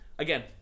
Again